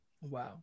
Wow